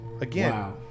again